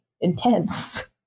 intense